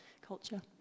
culture